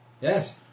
Yes